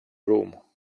room